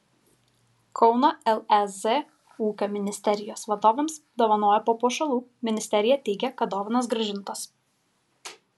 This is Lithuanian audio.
kauno lez ūkio ministerijos vadovams dovanojo papuošalų ministerija teigia kad dovanos grąžintos